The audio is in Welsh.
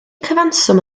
cyfanswm